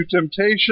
temptation